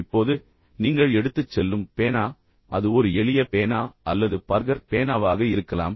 இப்போது நீங்கள் எடுத்துச் செல்லும் பேனா அது ஒரு எளிய பேனா அல்லது பார்கர் பேனாவாக இருக்கலாம்